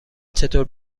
چطور